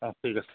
অঁ ঠিক আছে